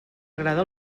agrada